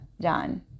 done